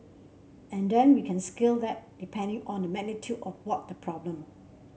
and then we can scale that depending on the magnitude of what problem